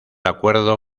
acuerdo